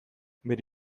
bere